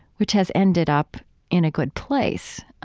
which has ended up in a good place.